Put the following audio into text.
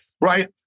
Right